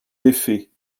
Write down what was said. défait